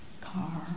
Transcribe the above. car